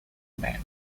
band